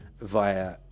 via